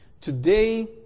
Today